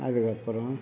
அதுக்கப்புறம்